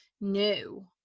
new